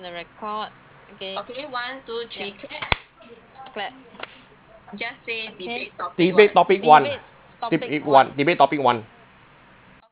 debate topic one ah debate one debate topic one